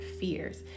fears